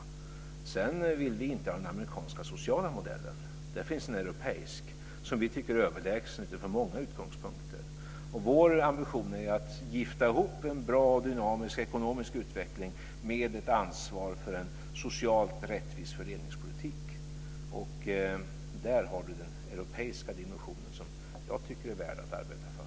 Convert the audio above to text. Sedan vill vi inte ha den amerikanska sociala modellen. Det finns en europeisk som vi tycker är överlägsen utifrån många utgångspunkter. Vår ambition är att gifta ihop en bra dynamisk ekonomisk utveckling med ett ansvar för en socialt rättvis fördelningspolitik. Där har vi den europeiska dimension som jag tycker är värd att arbeta för.